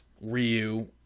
Ryu